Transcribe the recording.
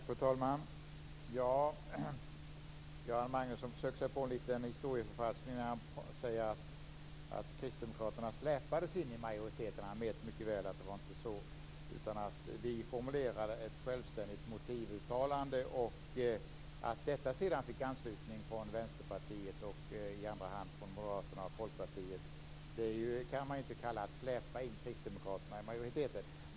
Fru talman! Göran Magnusson försöker sig på en liten historieförfalskning när han säger kristdemokraterna släpades in i majoriteten. Han vet mycket väl att det inte var så. Vi formulerade ett självständigt motivuttalande. Att detta sedan fick anslutning från Vänsterpartiet och i andra hand från Moderaterna och Folkpartiet kan man ju inte kalla för att släpa in kristdemokraterna i majoriteten.